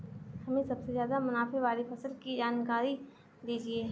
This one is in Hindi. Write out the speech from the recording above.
हमें सबसे ज़्यादा मुनाफे वाली फसल की जानकारी दीजिए